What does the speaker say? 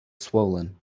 swollen